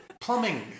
Plumbing